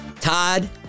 Todd